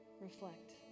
reflect